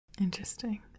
Interesting